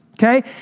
Okay